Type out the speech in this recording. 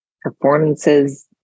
performances